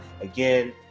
again